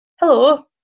Hello